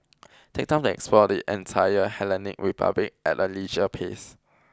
take time to explore the entire Hellenic Republic at a leisure pace